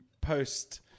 post